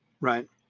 right